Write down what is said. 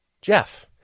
Jeff